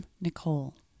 Nicole